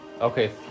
Okay